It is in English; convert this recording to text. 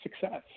success